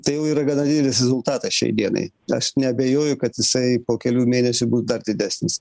tai jau yra gana didelis rezultatas šiai dienai aš neabejoju kad jisai po kelių mėnesių bus dar didesnis